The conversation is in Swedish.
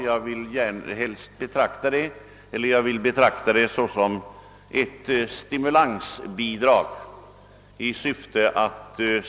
Jag vill betrakta det närmast som ett stimulansbidrag.